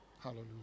Hallelujah